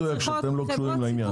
זה לא מדויק שאתם לא קשורים לעניין.